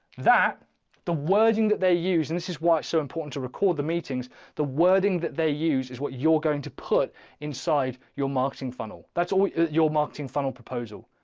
that the wording that they use, and this is why it's so important to record the meetings, the wording that they use is what you're going to put inside your marketing funnel. that's your marketing funnel proposal.